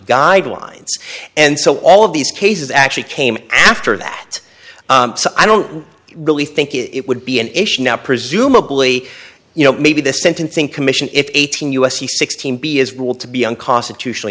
guidelines and so all of these cases actually came after that so i don't really think it would be an issue now presumably you know maybe the sentencing commission if eighteen u s c sixteen b is will to be unconstitutional